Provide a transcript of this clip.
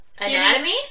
anatomy